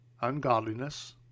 ungodliness